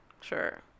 sure